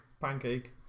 Pancake